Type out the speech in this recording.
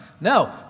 No